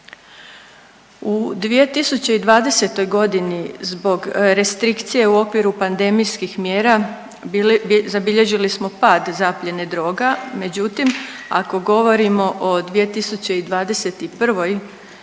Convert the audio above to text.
U 2020.g. zbog restrikcije u okviru pandemijskih mjera zabilježili smo pad zapljene droga, međutim ako govorimo o 2021. imamo